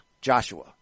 Joshua